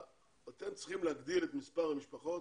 אתם צריכים להגדיל את מספר המשפחות